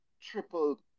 triple